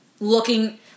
looking